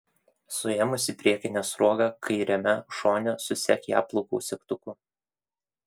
suėmusi priekinę sruogą kairiame šone susek ją plaukų segtuku